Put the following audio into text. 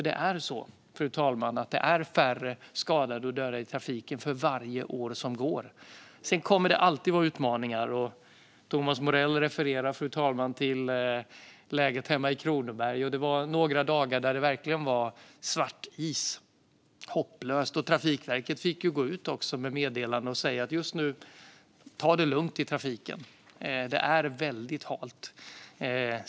För, fru talman, antalet skadade och döda i trafiken blir färre för varje år som går. Sedan kommer det alltid att finnas utmaningar. Thomas Morell refererade, fru talman, till läget hemma i Kronoberg. Det var några dagar då det verkligen var svartis; det var hopplöst. Trafikverket fick gå ut med meddelanden och säga: Ta det lugnt i trafiken - det är väldigt halt.